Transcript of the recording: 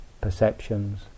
perceptions